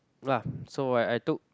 so I I took